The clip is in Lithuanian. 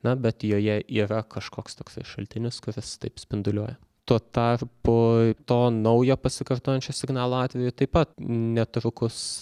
na bet joje yra kažkoks toksai šaltinis kuris taip spinduliuoja tuo tarpui to naujo pasikartojančio signalo atveju taip pa netrukus